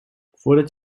voordat